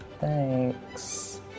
Thanks